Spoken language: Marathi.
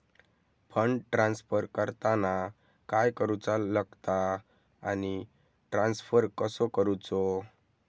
फंड ट्रान्स्फर करताना काय करुचा लगता आनी ट्रान्स्फर कसो करूचो?